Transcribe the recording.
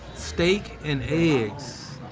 steak and eggs.